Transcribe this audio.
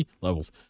levels